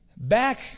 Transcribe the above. Back